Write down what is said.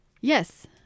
yes